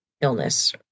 illness